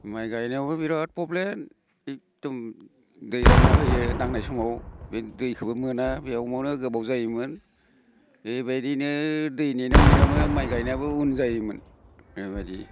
माइ गायनायावबो बिराद प्रब्लेम एगदम दै रानना होयो नांनाय समाव बे दैखौबो मोना बेयावनो गोबाव जायोमोन बेबायदिनो दै नेनायाव नेनायावनो माइ गायनायाबो उन जायोमोन बेबायदि